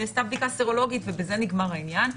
נעשתה בדיקה סרולוגית ובזה נגמר העניין.